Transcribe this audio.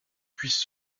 puisse